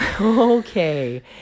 Okay